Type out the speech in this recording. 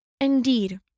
Indeed